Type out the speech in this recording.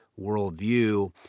worldview